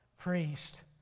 Priest